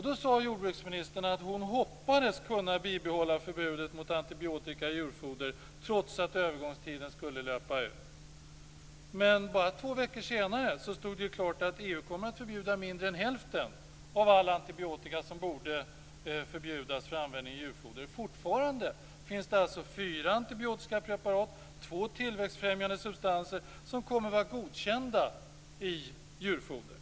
Då sade jordbruksministern att hon hoppades kunna bibehålla förbudet mot antibiotika i djurfoder trots att övergångstiden skulle löpa ut. Men bara två veckor senare stod det klart att EU kommer att förbjuda mindre än hälften av all antibiotika som borde förbjudas för användning i djurfoder. Fortfarande finns det alltså fyra antibiotiska preparat och två tillväxtfrämjande substanser som kommer att vara godkända i djurfoder.